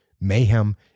mayhem